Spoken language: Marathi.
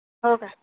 हो का